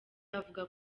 avuga